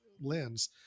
lens